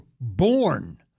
born